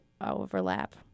overlap